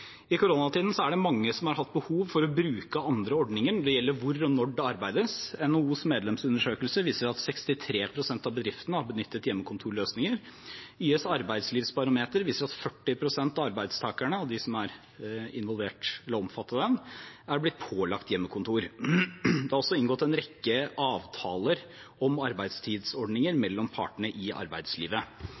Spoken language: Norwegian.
I koronatiden er det mange som har hatt behov for å bruke andre ordninger. Det gjelder hvor og når det arbeides. NHOs medlemsundersøkelse viser at 63 pst. av bedriftene har benyttet hjemmekontorløsninger. YS Arbeidslivsbarometer viser at 40 pst. av arbeidstakerne som er omfattet av dem, er blitt pålagt hjemmekontor. Det er altså inngått en rekke avtaler om arbeidstidsordninger mellom partene i arbeidslivet.